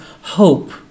hope